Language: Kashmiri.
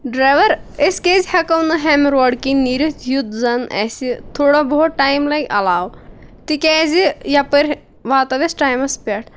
ڈرایور أسۍ کیازِ ہیکو نہِ ۂمہِ روڑٕ کِنۍ نیٖرتھ یُتھ زن اسہِ تھوڑا بہت ٹایِم لگہِ علاوٕ تِکیازِ یپٲرۍ واتو أسۍ ٹایمس پیٹھ